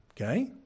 okay